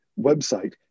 website